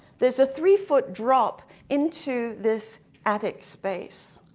there's a three foot drop into this attic space.